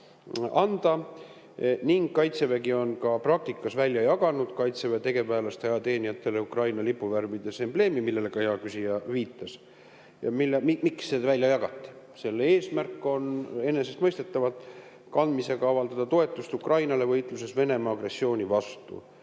kanda. Kaitsevägi on praktikas välja jaganud Kaitseväe tegevväelastele ja ajateenijatele Ukraina lipuvärvides embleemid, millele hea küsija viitas. Miks need välja jagati? Selle eesmärk on enesestmõistetavalt avaldada toetust Ukrainale võitluses Venemaa agressiooni vastu.